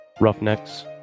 Roughnecks